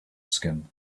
skin